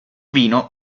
vino